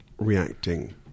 reacting